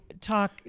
talk